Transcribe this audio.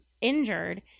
Injured